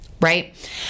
right